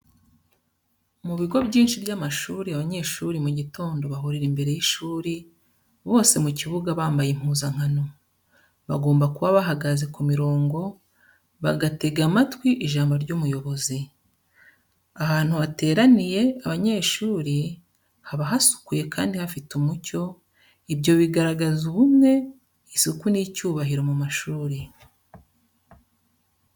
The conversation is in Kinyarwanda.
Mu bigo byinshi by'amashuri, abanyeshuri mu gitondo bahurira imbere y'ishuri bose mu kibuga bambaye impuzankano. Bagomba kuba bahagaze ku mirongo bagatega amatwi ijambo ry'umuyobozi. Ahantu hateraniye abanyeshuri, haba hasukuye kandi hafite umucyo, ibyo bigaragaza ubumwe, isuku n'icyubahiro mu mashuri.